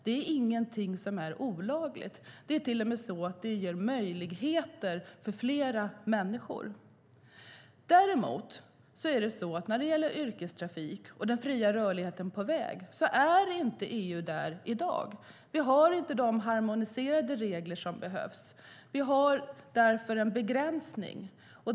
Det är inget som är olagligt. Det är till och med så att det ger möjligheter för fler människor. När det däremot gäller yrkestrafik och den fria rörligheten på väg är inte EU där i dag. Vi har inte de harmoniserade regler som behövs. Vi har därför en begränsning.